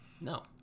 No